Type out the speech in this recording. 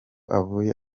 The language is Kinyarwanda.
avuye